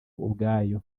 ubwayo